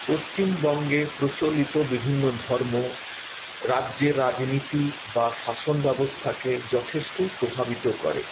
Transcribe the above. পশ্চিমবঙ্গে প্রচলিত বিভিন্ন ধর্ম রাজ্যের রাজনীতি বা শাসনব্যবস্থাকে যথেষ্টই প্রভাবিত করে